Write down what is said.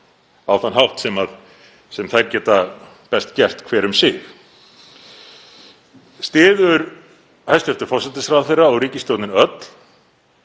á þann hátt sem þær geta best gert hver um sig. Styður hæstv. forsætisráðherra og ríkisstjórnin öll